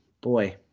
Boy